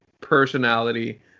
personality